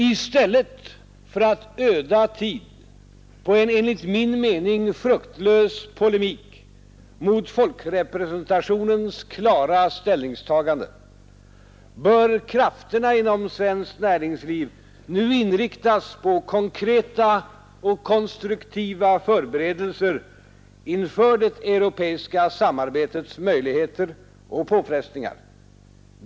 I stället för att öda tid på en enligt min mening fruktlös polemik mot folkrepresentationens klara ställningstagande bör krafterna inom svenskt näringsliv nu inriktas på konkreta och konstruktiva förberedelser inför det europeiska samarbetets möjligheter och påfrestningar.